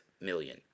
million